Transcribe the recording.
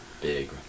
big